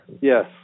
Yes